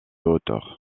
hauteur